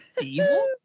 Diesel